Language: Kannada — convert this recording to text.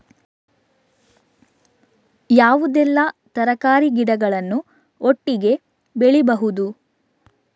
ಯಾವುದೆಲ್ಲ ತರಕಾರಿ ಗಿಡಗಳನ್ನು ಒಟ್ಟಿಗೆ ಬೆಳಿಬಹುದು?